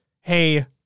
hey